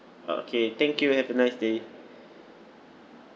oh okay thank you have a nice day